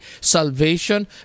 salvation